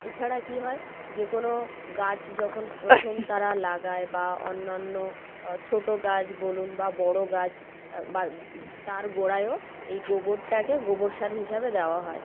এছাড়া কী হয় যে কোনো গাছ যখন প্রথম তারা লাগায় বা অন্য অন্য ছোটো গাছ বলুন বা বড় গাছ বা তার গোড়ায়ও এই গোবরটাকে গোবর সার হিসাবে দেওয়া হয়